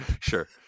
sure